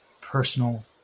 personal